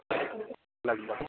लगभग